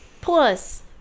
Plus